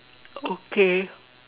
okay